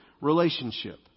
relationship